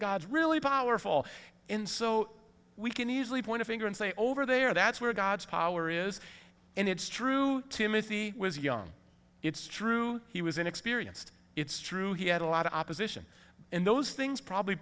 gods really powerful in so we can easily point a finger and say over there that's where god's power is and it's true timothy was young it's true he was inexperienced it's true he had a lot of opposition in those things probably